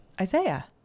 isaiah